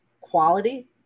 quality